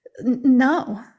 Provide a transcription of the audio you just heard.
No